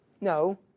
no